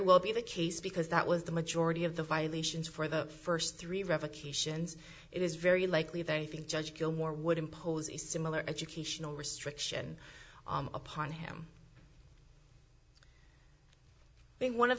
well be the case because that was the majority of the violations for the first three revocations it is very likely they think judge gilmore would impose a similar educational restriction upon him being one of